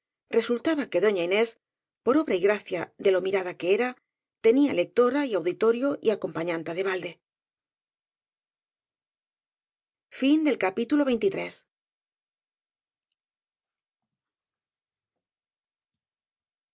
ba que doña inés por obra y gracia de lo mirada que era tenía lectora y auditorio y acompañanta de balde